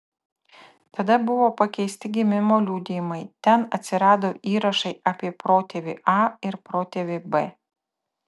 tada buvo pakeisti gimimo liudijimai ten atsirado įrašai apie protėvį a ir protėvį b